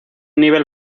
nivel